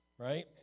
Right